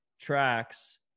tracks